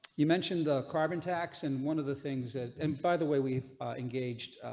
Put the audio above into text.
you mentioned the carbon tax and one of the things that and by the way we engaged.